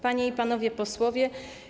Panie i Panowie Posłowie!